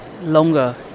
longer